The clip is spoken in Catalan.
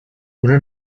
una